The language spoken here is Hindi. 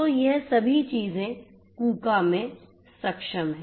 तो ये सभी चीजें कूका में सक्षम हैं